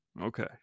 Okay